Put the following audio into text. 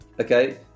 Okay